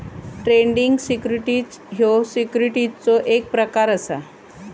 trading securities ह्यो सिक्युरिटीजचो एक प्रकार असा